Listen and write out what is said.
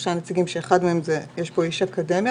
שלושת הנציגים שבניהם גם איש אקדמיה,